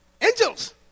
angels